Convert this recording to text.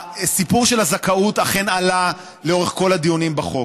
הסיפור של הזכאות אכן עלה לאורך כל הדיונים בחוק.